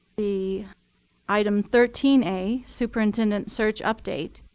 the item thirteen a, superintendent search update,